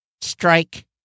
strike